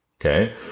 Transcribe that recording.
Okay